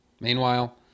Meanwhile